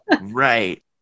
Right